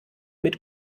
mit